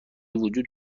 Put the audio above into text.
وجود